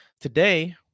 Today